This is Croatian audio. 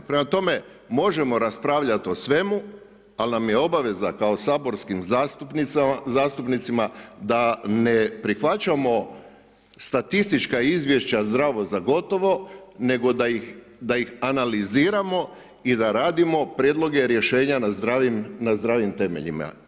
Prema tome, možemo raspravljati o svemu ali nam je obaveza kao saborskim zastupnicima da ne prihvaćamo statistička izvješća zdravo za gotovo nego da ih analiziramo i da radimo prijedloge rješenja na zdravim temeljima.